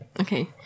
Okay